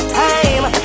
time